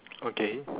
okay